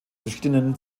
verschiedenen